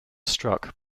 struck